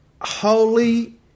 holy